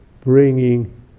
bringing